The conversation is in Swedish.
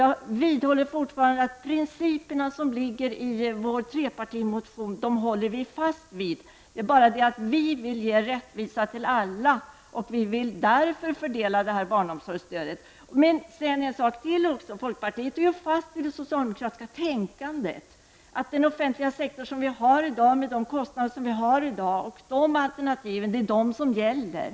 Jag upprepar att vi står fast vid principerna i trepartimotionen. Skillnaden mellan oss och folkpartiet är att vi vill ge rättvisa åt alla, och därför fördelar vi barnomsorgsstödet på det sätt som vi gör. Folkpartiet har fastnat i det socialdemokratiska tänkandet, som utgår från dagens offentliga sektor och de kostnader och alternativ som gäller.